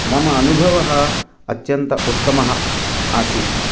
मम अनुभवः अत्यन्तः उत्तमः आसीत्